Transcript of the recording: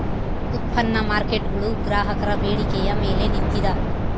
ಉತ್ಪನ್ನ ಮಾರ್ಕೇಟ್ಗುಳು ಗ್ರಾಹಕರ ಬೇಡಿಕೆಯ ಮೇಲೆ ನಿಂತಿದ